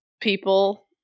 people